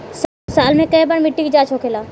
साल मे केए बार मिट्टी के जाँच होखेला?